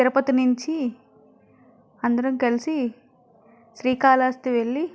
తిరుపతి నుంచి అందరం కలిసి శ్రీకాళహస్తి వెళ్ళి